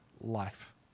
life